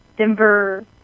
Denver